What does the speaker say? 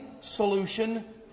solution